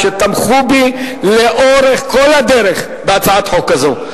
שתמכו בי לאורך כל הדרך בהצעת החוק הזאת.